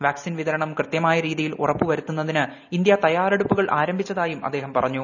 vaccine വിതരണം കൃത്യമായ രീതിയിൽ ഉറപ്പുവരുത്തുന്നതിന് ഇന്ത്യ തയ്യാറെടുപ്പുകൾ ആരംഭിച്ചതായും അദ്ദേഹം പറഞ്ഞു